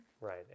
right